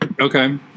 Okay